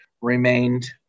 remained